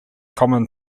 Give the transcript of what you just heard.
common